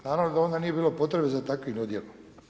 Naravno da onda nije bilo potrebe za takvim odjelom.